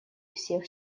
всех